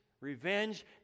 revenge